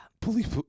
police